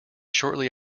shortly